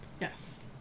Yes